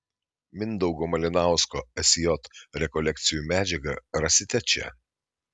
mindaugo malinausko sj rekolekcijų medžiagą rasite čia